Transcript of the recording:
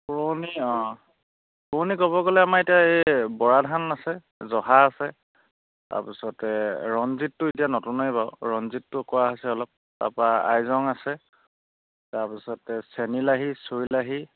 পুৰণি অঁ পুৰণি ক'ব গ'লে আমাৰ এতিয়া এই বৰা ধান আছে জহা আছে তাৰপিছতে ৰঞ্জিতটো এতিয়া নতুনেই বাৰু ৰঞ্জিতটো কৰা হৈছে অলপ তাৰপা আইজং আছে তাৰপিছতে চেনীলাহী ছইলাহী